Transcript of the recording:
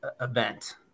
event